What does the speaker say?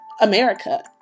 america